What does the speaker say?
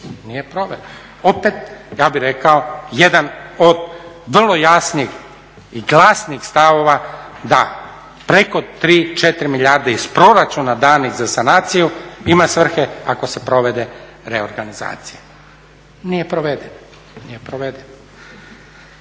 Nije provela. Opet ja bih rekao jedan od vrlo jasnih i glasnih stavova da preko 3, 4 milijarde iz proračuna danih za sanaciju ima svrhe ako se provede reorganizacija. Nije provedena.